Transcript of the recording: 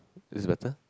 is this better